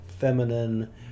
feminine